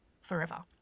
forever